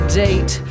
date